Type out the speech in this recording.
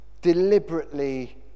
deliberately